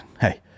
hey